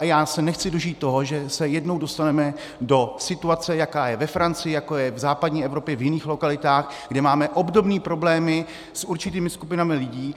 Já se nechci dožít toho, že se jednou dostaneme do situace, jaká je ve Francii, jaká je v západní Evropě v jiných lokalitách, kde máme obdobné problémy s určitými skupinami lidí.